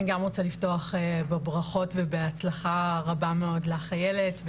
אני גם רוצה לפתוח בברכות ובהצלחה רבה מאוד לך איילת,